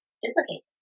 duplicate